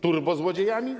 Turbozłodziejami?